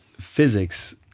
physics